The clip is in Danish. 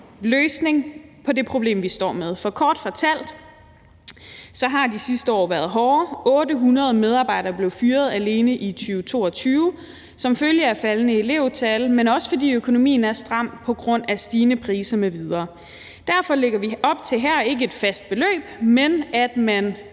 løsning på det problem, vi står med. For kort fortalt har de sidste år været hårde. 800 medarbejdere blev fyret alene i 2022 som følge af faldende elevtal, men også fordi økonomien er stram på grund af stigende priser m.v. Derfor lægger vi op til her, at det ikke skal være et fast beløb, men at man